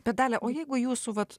bet dalia o jeigu jūsų vat